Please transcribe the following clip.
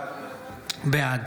בעד